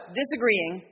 disagreeing